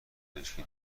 پزشکی